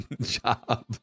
job